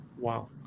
Wow